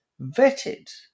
vetted